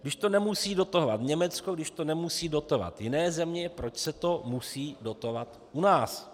Když to nemusí dotovat Německo, když to nemusí dotovat jiné země, proč se to musí dotovat u nás.